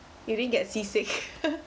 you didn't get sea sick